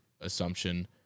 assumption